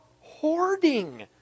hoarding